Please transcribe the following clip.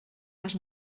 les